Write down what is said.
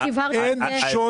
אין שוני.